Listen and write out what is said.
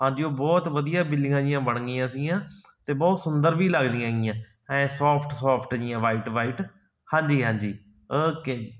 ਹਾਂਜੀ ਉਹ ਬਹੁਤ ਵਧੀਆ ਬਿੱਲੀਆਂ ਜਿਹੀਆਂ ਬਣ ਗਈਆਂ ਸੀਗੀਆਂ ਅਤੇ ਬਹੁਤ ਸੁੰਦਰ ਵੀ ਲੱਗਦੀਆਂ ਹੈਗੀਆਂ ਐਂ ਸੋਫਟ ਸੋਫਟ ਜਿਹੀਆਂ ਵਾਈਟ ਵਾਈਟ ਹਾਂਜੀ ਹਾਂਜੀ ਓਕੇ